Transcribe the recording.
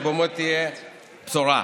זאת באמת תהיה בשורה.